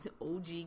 OG